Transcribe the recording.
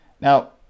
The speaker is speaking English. Now